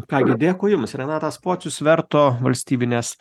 ką gi dėkui jums renatas pocius verto valstybinės